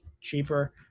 cheaper